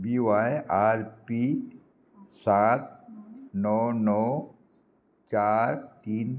बी Y R P सात णव णव चार तीन